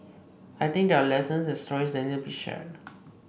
I think there are lessons and stories that need to be shared